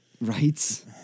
right